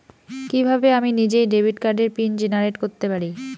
কিভাবে আমি নিজেই ডেবিট কার্ডের পিন জেনারেট করতে পারি?